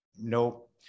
nope